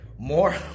More